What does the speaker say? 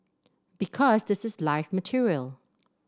because this is live material